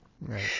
right